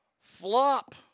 flop